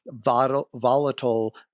volatile